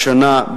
השנה,